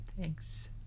Thanks